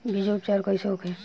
बीजो उपचार कईसे होखे?